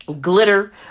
glitter